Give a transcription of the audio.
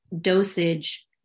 dosage